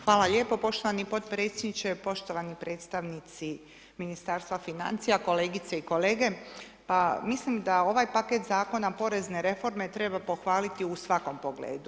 Hvala lijepa poštovani podpredsjedniče, poštovani predstavnici Ministarstva financija, kolegice i kolege pa mislim da ovaj paket zakona porezne reforme treba pohvaliti u svakom pogledu.